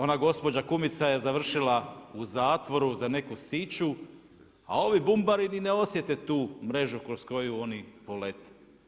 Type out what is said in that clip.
Ona gospođa kumica je završila u zatvoru za neku siću, a ovi bumbari ni ne osjete tu mrežu kroz koju oni polete.